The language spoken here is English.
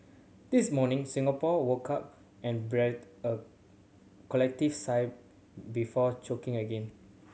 this morning Singapore woke up and breathed a collective sigh before choking again